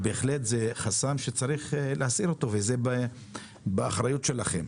בהחלט זה חסם שצריך להסיר אותו וזה באחריות שלכם.